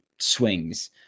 Swings